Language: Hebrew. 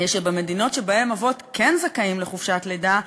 שבמדינות שבהן אבות כן זכאים לחופשת לידה,